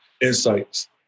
insights